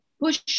push